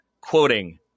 Quoting